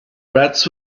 rats